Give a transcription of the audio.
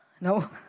No